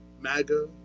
MAGA